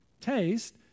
taste